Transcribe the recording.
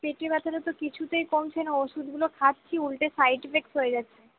পেটে ব্যথাটা তো কিছুতেই কমছে না ওষুধগুলো খাচ্ছি উলটে সাইড এফেক্ট হয়ে যাচ্ছে